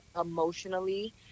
emotionally